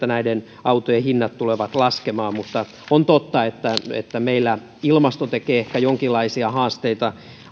näiden autojen hinnat tulevat laskemaan mutta on totta että että meillä ilmasto tekee ehkä jonkinlaisia haasteita